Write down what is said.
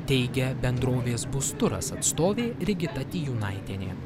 teigia bendrovės busturas atstovė rigita tijūnaitienė